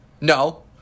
No